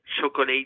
chocolate